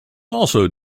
also